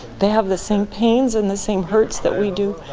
they have the same pains and the same hurts that we do.